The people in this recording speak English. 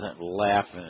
laughing